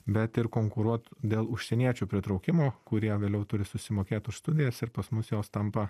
bet ir konkuruot dėl užsieniečių pritraukimo kurie vėliau turi susimokėt už studijas ir pas mus jos tampa